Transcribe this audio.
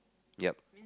yup